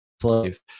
slave